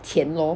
钱 lor